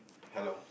hello